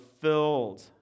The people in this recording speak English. filled